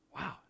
wow